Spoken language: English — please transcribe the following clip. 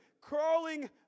crawling